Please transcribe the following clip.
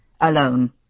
Alone